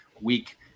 week